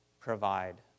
provide